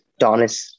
Donis